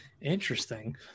Interesting